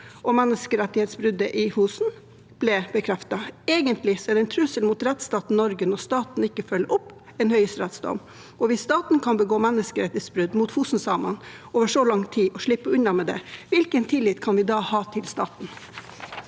og menneskerettighetsbruddet på Fosen ble bekreftet. Egentlig er det en trussel mot rettsstaten Norge når staten ikke følger opp en høyesterettsdom, og hvis staten kan begå menneskerettighetsbrudd mot Fosen-samene over så lang tid og slippe unna med det, hvilken tillit kan vi da ha til staten?